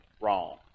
wrong